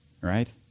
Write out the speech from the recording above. right